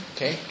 Okay